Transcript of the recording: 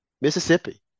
Mississippi